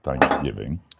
Thanksgiving